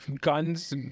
Guns